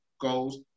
goals